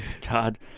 God